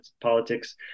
politics